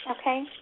Okay